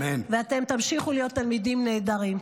ואתם תמשיכו להיות תלמידים נהדרים.